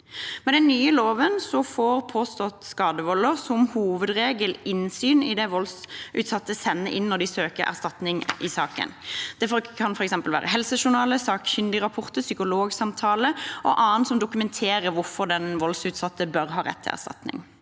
Med den nye loven får påstått skadevolder som hovedregel innsyn i det voldsutsatte sender inn når de søker erstatning i saken. Det kan f.eks. være helsejournaler, sakkyndigrapporter, psykologsamtaler og annet som dokumenterer hvorfor den voldutsatte bør ha rett til erstatning.